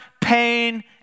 pain